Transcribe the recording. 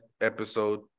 episode